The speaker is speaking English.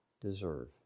deserve